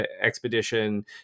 expedition